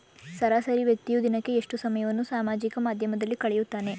ಸರಾಸರಿ ವ್ಯಕ್ತಿಯು ದಿನಕ್ಕೆ ಎಷ್ಟು ಸಮಯವನ್ನು ಸಾಮಾಜಿಕ ಮಾಧ್ಯಮದಲ್ಲಿ ಕಳೆಯುತ್ತಾನೆ?